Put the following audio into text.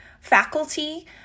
faculty